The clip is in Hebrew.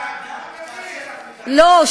דברי לעניין, לא.